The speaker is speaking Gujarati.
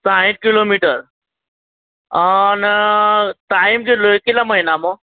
સાઠ કીલોમીટર અં ને સાઠ કેટલો કેટલા મહિનામાં